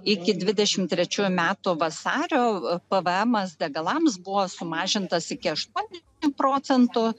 iki dvidešimt trečiųjų metų vasario pvmas degalams buvo sumažintas iki aštuonių procentų